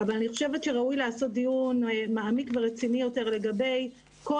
אבל אני חושבת שראוי לעשות דיון מעמיק ורציני יותר לגבי כל